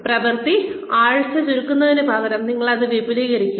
പ്രവൃത്തി ആഴ്ച ചുരുക്കുന്നതിനുപകരം നിങ്ങൾ അത് വിപുലീകരിക്കുക